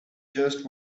just